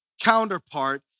counterpart